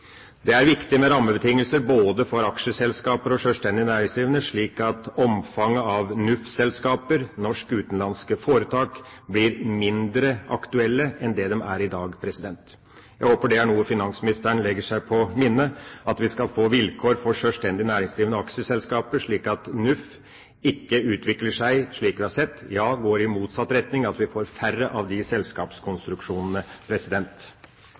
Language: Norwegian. Det er viktig med rammebetingelser både for aksjeselskaper og for sjølstendig næringsdrivende, slik at selskaper under NUF, Norskregistrert Utenlandsk Foretak, blir mindre aktuelt enn i dag. Jeg håper finansministeren legger seg på minne at vi skal få vilkår for sjølstendig næringsdrivende og aksjeselskaper slik at NUF ikke utvikler seg slik vi har sett, men går i motsatt retning, slik at vi får færre av disse selskapskonstruksjonene.